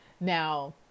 Now